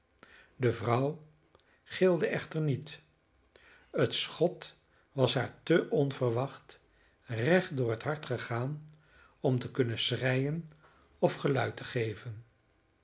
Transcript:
de vrouw gilde echter niet het schot was haar te onverwacht recht door het hart gegaan om te kunnen schreien of geluid geven